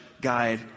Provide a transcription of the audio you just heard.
guide